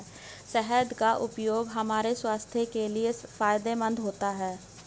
शहद का उपयोग हमारे स्वास्थ्य के लिए फायदेमंद होता है